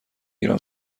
گیرم